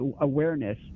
awareness